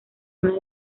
una